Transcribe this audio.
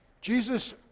Jesus